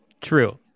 True